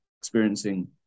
experiencing